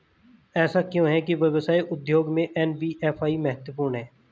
ऐसा क्यों है कि व्यवसाय उद्योग में एन.बी.एफ.आई महत्वपूर्ण है?